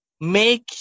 Make